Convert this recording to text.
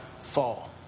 fall